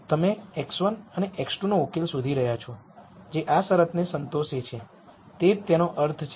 તમે x1 અને x2 નો સોલ્યુશન શોધી રહ્યા છો જે આ શરતને સંતોષે છે તે જ તેનો અર્થ છે